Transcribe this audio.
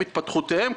התפתחותם,